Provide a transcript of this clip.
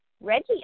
Reggie